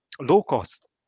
low-cost